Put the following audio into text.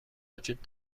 وجود